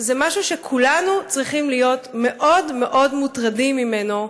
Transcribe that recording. זה משהו שכולנו צריכים להיות מאוד מאוד מוטרדים ממנו,